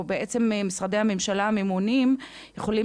או בעצם האם משרדי הממשלה הממונים יכולים